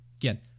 Again